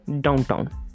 downtown